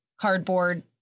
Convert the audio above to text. cardboard